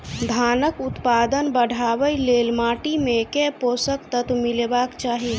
धानक उत्पादन बढ़ाबै लेल माटि मे केँ पोसक तत्व मिलेबाक चाहि?